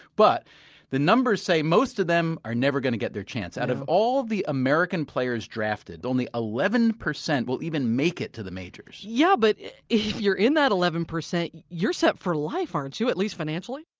but the numbers say that most of them are never going to get their chance. out of all the american players drafted, only eleven percent will even make it to the majors yeah, but if you're in that eleven percent, you're set for life, aren't you? at least financially?